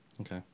Okay